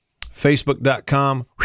Facebook.com